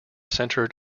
centred